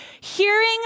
hearing